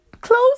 close